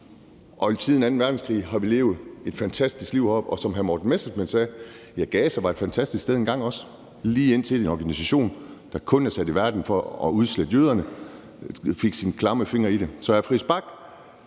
og siden anden verdenskrig har vi levet et fantastisk liv heroppe. Som hr. Morten Messerschmidt sagde, var Gaza også et fantastisk sted engang, lige indtil en organisation, som kun er sat i verden for at udslette jøderne, fik sine klamme fingre i det. Kl. 11:41 Så